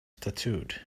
tattooed